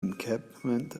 encampment